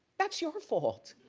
that's your fault.